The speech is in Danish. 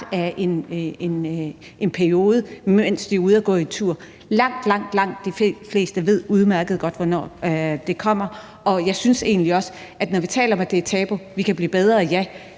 af en periode, mens de er ude at gå en tur. Langt, langt de fleste ved udmærket godt, hvornår det kommer, og jeg synes egentlig også, når vi taler om, at det er et tabu, at ja, vi kan blive bedre, men